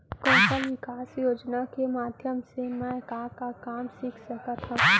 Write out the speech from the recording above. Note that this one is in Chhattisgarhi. कौशल विकास योजना के माधयम से मैं का का काम सीख सकत हव?